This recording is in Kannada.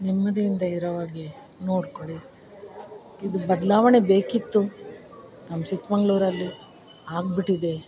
ನೆಮ್ಮದಿಯಿಂದ ಇರೋವಾಗೆ ನೋಡ್ಕೊಳಿ ಇದು ಬದಲಾವಣೆ ಬೇಕಿತ್ತು ನಮ್ಮ ಚಿಕ್ಕಮಂಗ್ಳೂರಲ್ಲಿ ಆಗಿಬಿಟ್ಟಿದೆ